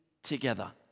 together